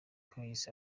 keys